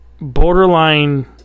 borderline